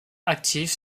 actif